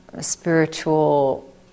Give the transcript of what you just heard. spiritual